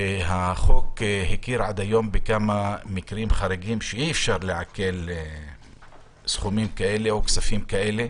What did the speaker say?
החוק הכיר עד היום בכמה חריגים שאי-אפשר לעקל כספים כאלה.